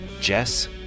Jess